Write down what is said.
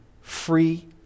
free